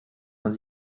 man